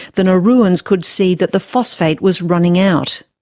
the nauruans could see that the phosphate was running out.